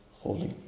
holy